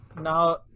now